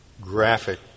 graphic